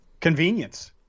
Convenience